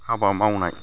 हाबा मावनाय